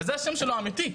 וזה השם שלו האמיתי'.